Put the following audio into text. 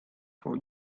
for